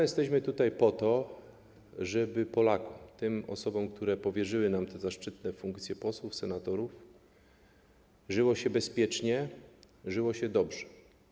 Jesteśmy tutaj po to, żeby Polakom, tym osobom, które powierzyły nam te zaszczytne funkcje posłów, senatorów, żyło się bezpiecznie i dobrze.